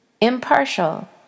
impartial